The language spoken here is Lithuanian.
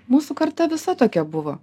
mūsų kartą visa tokia buvo